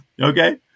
Okay